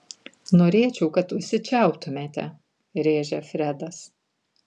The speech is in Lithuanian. norėčiau kad užsičiauptumėte rėžia fredas